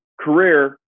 Career